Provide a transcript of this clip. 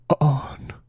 on